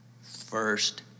First